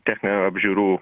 techninių apžiūrų